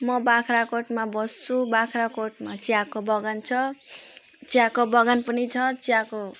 म बाख्राकोटमा बस्छु बाख्राकोटमा चियाको बगान छ चियाको बगान पनि छ चियाको